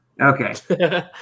Okay